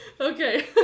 Okay